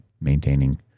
maintaining